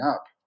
up